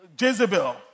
Jezebel